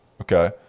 okay